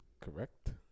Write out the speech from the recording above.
Correct